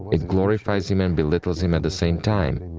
it glorifies him and belittles him at the same time,